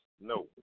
no